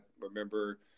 remember